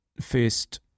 first